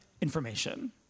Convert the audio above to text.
information